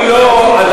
אם לא,